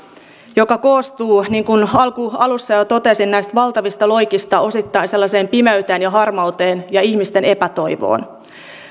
joka koostuu niin kuin alussa jo totesin näistä valtavista loikista osittain sellaiseen pimeyteen ja harmauteen ja ihmisten epätoivoon